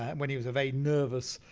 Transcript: when he was a very nervous,